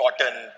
cotton